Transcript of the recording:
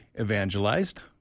evangelized